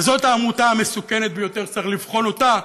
וזאת העמותה המסוכנת ביותר שצריך לבחון אותה,